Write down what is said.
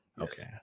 Okay